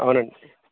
అవునండి